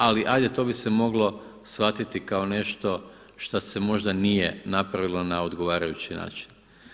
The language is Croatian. Ali ajde to bi se moglo shvatiti kao nešto šta se možda nije napravilo na odgovarajući način.